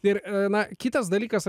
ir na kitas dalykas